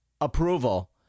approval